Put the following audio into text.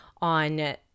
on